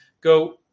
go